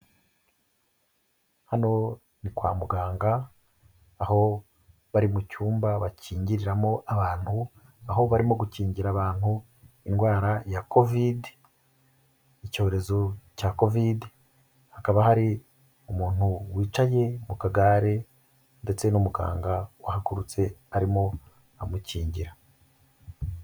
Hano ni kwa muganga aho bari mu cyumba bakingiriramo abantu, aho barimo gukingira abantu indwara ya kovide, icyorezo cya kovide, hakaba hari umuntu wicaye mu kagare ndetse n'umuganga wahagurutse arimo amukingira.